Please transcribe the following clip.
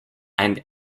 and